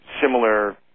Similar